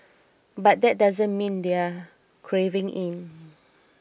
but that doesn't mean they're caving in